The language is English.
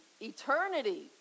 eternity